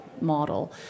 model